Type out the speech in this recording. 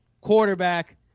quarterback